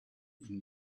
ihnen